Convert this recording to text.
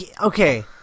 okay